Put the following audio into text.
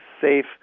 safe